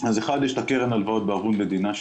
אז אחד יש את קרן ההלוואות בערבות המדינה,